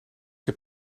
heb